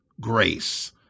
grace